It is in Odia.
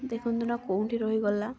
ଦେଖନ୍ତୁ ନା କେଉଁଠି ରହିଗଲା